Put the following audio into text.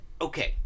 okay